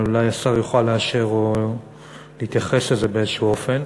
אולי השר יוכל לאשר או להתייחס לזה באיזשהו אופן.